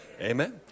Amen